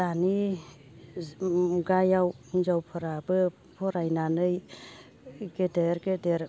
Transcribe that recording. दानि मुगायाव हिनजावफोराबो फरायनानै गेदेर गेदेर